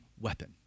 weapon